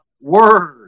word